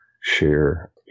share